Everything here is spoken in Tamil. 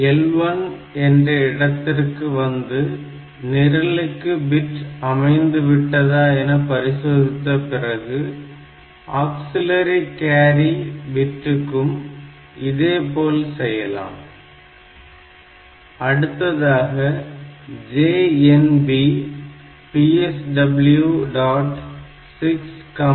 L1 என்ற இடத்திற்கு வந்து நிரலுக்கு ஏற்றவாறு பிட் அமைந்து விட்டதா என பரிசோதித்த பிறகு ஆக்சில்லரி கியாரி என்ற பிட்டுக்கும் இதே போல செய்யலாம் அடுத்ததாக JNB PSW